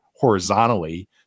horizontally